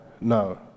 no